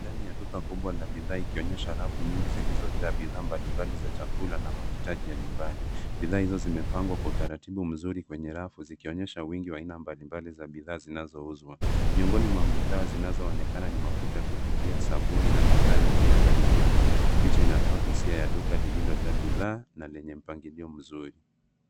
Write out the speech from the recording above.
Ndani ya duka kubwa la bidhaa ikionyesha rafu nyingi zilizojaa bidhaa mbalimbali za chakula na mahitaji ya nyumbani. Bidhaa hizo zimepangwa kwa utaratibu mzuri kwenye rafu zikionyesha wingi wa aina mbalimbali za bidhaa zinazouzwa. Miongoni mwa bidhaa zinaonekana ni mafuta ya kupikia, sabuni na bidhaa nyingine za nyumbani. Picha inatoa hisia ya duka lililojaa bidhaa na lenye mpangilio mzuri.